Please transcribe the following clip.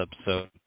episode